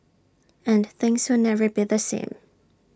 and things will never be the same